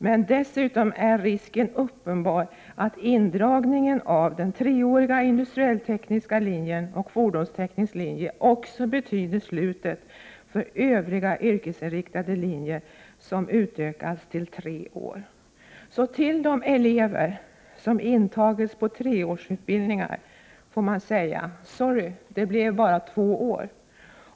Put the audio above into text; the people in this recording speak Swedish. Men dessutom är risken uppenbar att indragningen av treårig industriell teknisk linje och fordonsteknisk linje också betyder slutet för Övriga yrkesinriktade linjer som utökats till tre år. Till de elever som tagits in på treåriga utbildningar får man säga: Sorry, det blev bara två år.